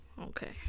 Okay